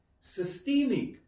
systemic